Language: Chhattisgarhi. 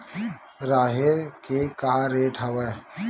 राहेर के का रेट हवय?